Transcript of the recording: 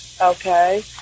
Okay